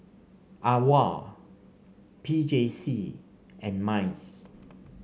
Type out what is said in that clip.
AWOL P J C and MICE